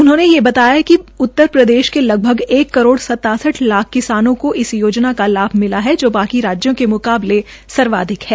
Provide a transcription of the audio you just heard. उन्होंने ये बताया कि उत्तरप्रदेश के लगभग एक करोड़ सतासठ लाख किसानों को इस योजना का लाभ मिला है जो बाकी राज्यों के मुकाबले सर्वाधिक है